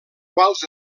quals